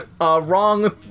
Wrong